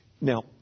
now